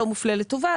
לא מופלה לטובה,